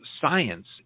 science